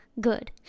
good